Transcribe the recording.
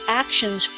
actions